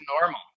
normal